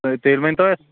سر تیٚلہِ ؤنۍتَو اَسہِ